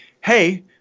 Hey